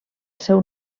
seu